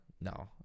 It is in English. No